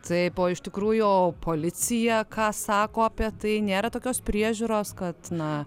taip o iš tikrųjų o policija ką sako apie tai nėra tokios priežiūros kad na